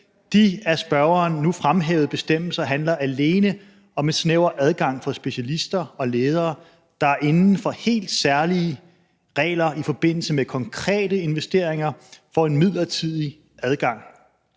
De af spørgeren nu fremhævede bestemmelser handler alene om en snæver adgang for specialister og ledere, der inden for helt særlige regler i forbindelse med konkrete investeringer får en midlertidig adgang.